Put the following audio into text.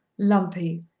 lumpy,